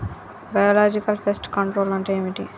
Biological pest control అంటే ఏమిటి?